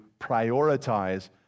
prioritize